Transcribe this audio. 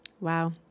Wow